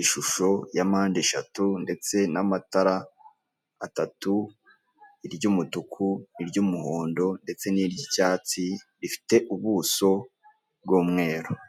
ishusho ya mpandeshatu ndetse n'amatara atatu; iry'umutuku, n'iry'umuhondo ndetse niry'icyatsi rifite ubuso bw'umweru.